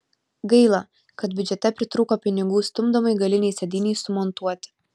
gaila kad biudžete pritrūko pinigų stumdomai galinei sėdynei sumontuoti